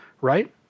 right